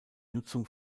nutzung